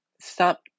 Stop